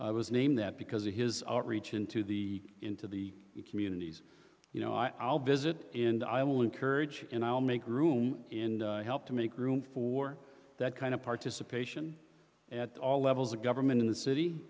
i was named that because of his outreach into the into the communities you know i'll visit in the i will encourage and i'll make room in help to make room for that kind of participation at all levels of government in the city